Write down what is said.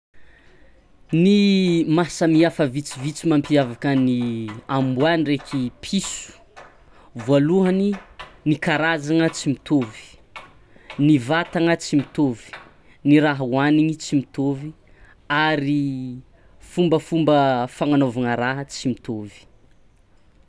Ny mahasamihafa vitsivitsy mampiavaka ny amboà ndraiky piso: voalohany ny karazagna tsy mitôvy, ny vatagna tsy mitôvy, ny raha oanigny tsy mitôvy ary fombafomba fagnanaovagna raha tsy mitôvy.